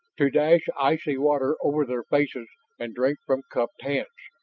to dash icy water over their faces and drink from cupped hands.